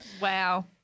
Wow